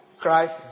Christ